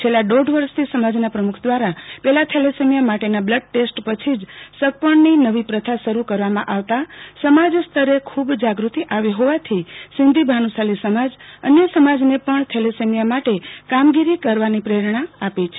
છેલ્લા દોઢ વરસથી સમાજના પ્રમુખ દવારા પહલા થેમેસેમીયા માટેના બ્લડ ટેસ્ટ પછી જ સગપણની નવી પથા શરૂ કરવામાં આવતા સમાજસ્તરે ખૂબ જાગ્રાંત આવી હોવાથી સીંધી ભાનુશાલો સમાજને પણ થેલસેમીયા માટે કામગીરી કરવાની પ્રેરણા આપી છે